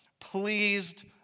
pleased